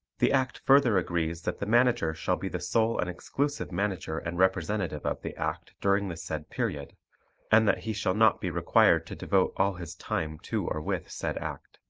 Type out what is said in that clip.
the act further agrees that the manager shall be the sole and exclusive manager and representative of the act during the said period and that he shall not be required to devote all his time to or with said act.